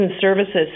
services